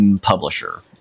publisher